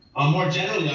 um more generally, i